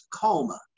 coma